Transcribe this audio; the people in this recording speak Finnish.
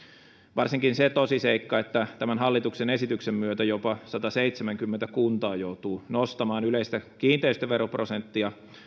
varsinkin se tosiseikka että tämän hallituksen esityksen myötä jopa sataseitsemänkymmentä kuntaa joutuu nostamaan yleistä kiinteistöveroprosenttia